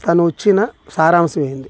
తను వచ్చిన సారాంశం ఏంది